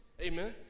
Amen